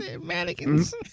Mannequins